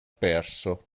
perso